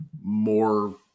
more